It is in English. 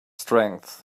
strength